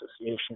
Association